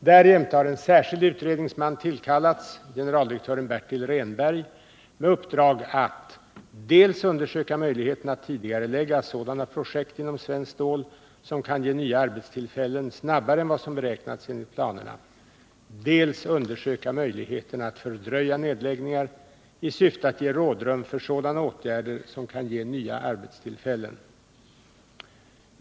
Därjämte har en särskild utredningsman tillkallats — generaldirektören Bertil Rehnberg — med uppdrag att dels undersöka möjligheterna att tidigarelägga sådana projekt inom Svenskt Stål som kan ge nya arbetstillfällen snabbare än vad som beräknats enligt planerna, dels undersöka möjligheterna att fördröja nedläggningar i syfte att ge rådrum för sådana åtgärder som kan ge nya arbetstillfällen.